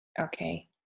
Okay